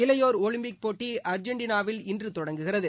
இளையோர் ஒலிம்பிக் போட்டி அர்ஜென்டினாவில் இன்று தொடங்குகிறது